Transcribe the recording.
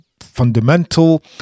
fundamental